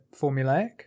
formulaic